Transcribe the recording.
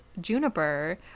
juniper